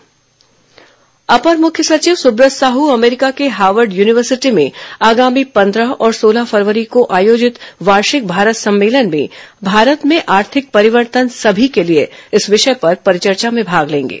अपर मुख्य सचिव परिचर्चा अपर मुख्य सचिव सुब्रत साहू अमेरिका के हावर्ड यूनिवर्सिटी में आगामी पंद्रह और सोलह फरवरी को आयोजित वार्षिक भारत सम्मेलन में भारत में आर्थिक परिवर्तन सभी के लिए विषय पर परिचर्चा में भाग लेंगे